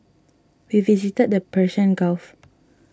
we visited the Persian Gulf